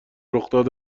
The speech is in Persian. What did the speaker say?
رخداد